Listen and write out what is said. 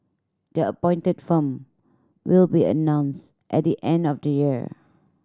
the appointed firm will be announced at the end of the year